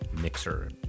Mixer